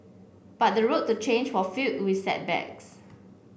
but the road to change was filled with setbacks